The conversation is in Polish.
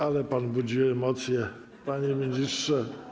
Ale pan budzi emocje, panie ministrze.